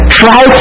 try